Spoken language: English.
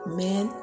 Amen